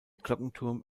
glockenturm